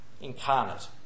incarnate